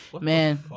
Man